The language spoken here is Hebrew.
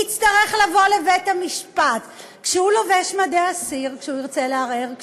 יצטרך לבוא לבית-המשפט כשהוא לובש מדי אסיר כתומים,